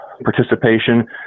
participation